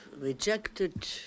rejected